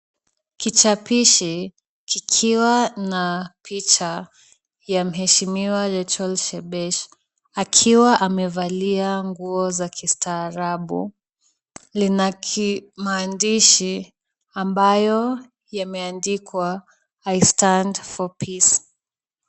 Kichapishi kikiwa na picha ya mheshimiwa Rachel Shebesh akiwa amevalia nguo za kistaarabu. Lina maandishi ambayo yameandikwa I stand For Peace .